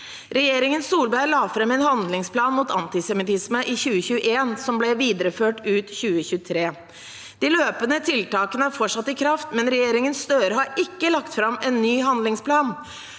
Regjeringen Solberg la fram en handlingsplan mot antisemittisme i 2021 som ble videreført ut 2023. De løpende tiltakene er fortsatt i kraft, men regjeringen Støre har ikke lagt fram en ny handlingsplan.